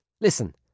Listen